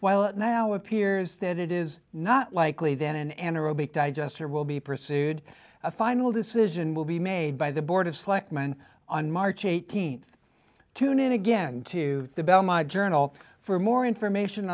while it now appears that it is not likely then an anaerobic digester will be pursued a final decision will be made by the board of selectmen on march th tune in again to the bell my journal for more information